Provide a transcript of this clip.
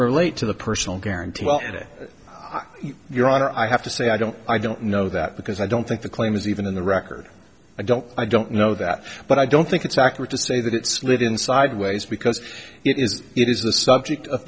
relate to the personal guarantee well your honor i have to say i don't i don't know that because i don't think the claim is even in the record i don't i don't know that but i don't think it's accurate to say that it's late in sideways because it is it is the subject of